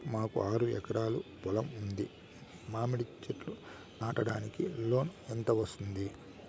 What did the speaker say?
మాకు ఆరు ఎకరాలు పొలం ఉంది, మామిడి చెట్లు నాటడానికి లోను ఎంత వస్తుంది?